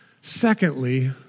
Secondly